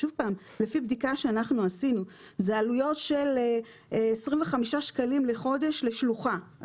לפי בדיקה שאנחנו עשינו אלה עלויות של 25 שקלים לחודש לשלוחה.